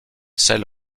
selle